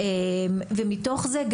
ומתוך זה,